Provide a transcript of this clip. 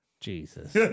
Jesus